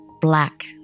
black